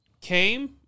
came